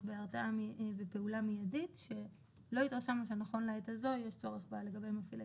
בהרתעה ובפעולה מיידית שלא התרשמנו שנכון לעת הזו יש צורך בה לגבי מפעילי